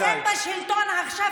אתם בשלטון עכשיו.